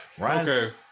Okay